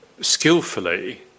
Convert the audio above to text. skillfully